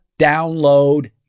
download